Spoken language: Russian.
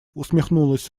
усмехнулась